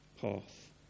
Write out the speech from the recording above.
path